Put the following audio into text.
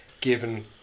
given